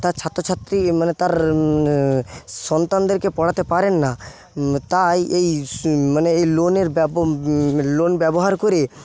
তার ছাত্রছাত্রী মানে তার সন্তানদেরকে পড়াতে পারেন না তাই এই মানে এই লোনের ব্যবহার লোন ব্যবহার করে